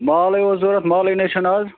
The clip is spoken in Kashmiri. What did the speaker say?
مالٕے اوس ضوٚرَتھ مالٕے نے چھُنہٕ اَز